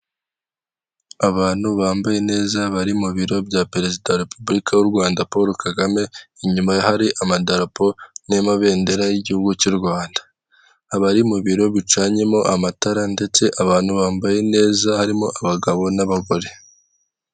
Abantu bambaye neza bari mu biro bya perezida wa repubulika y'u Rwanda Paul Kagame inyuma hari amadarapo n'amabendera y'igihugu cy'u Rwanda abari mu biro bicanyemo amatara ndetse abantu bambaye neza harimo abagabo n'abagore.